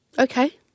Okay